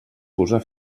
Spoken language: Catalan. posar